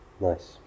Nice